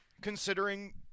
considering